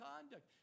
conduct